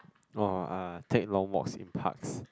oh uh take long walks in parks